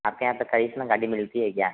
आपके यहाँ गाड़ी मिलती है क्या